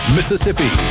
Mississippi